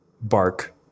bark